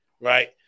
right